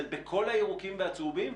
זה בכל הירוקים והצהובים,